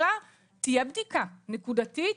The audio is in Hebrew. תהיה בדיקה נקודתית,